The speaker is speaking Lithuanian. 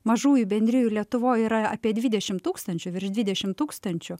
mažųjų bendrijų lietuvoj yra apie dvidešim tūkstančių virš dvidešim tūkstančių